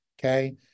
okay